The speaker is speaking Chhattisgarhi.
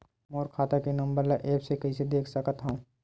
मोर खाता के नंबर ल एप्प से कइसे देख सकत हव?